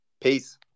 Peace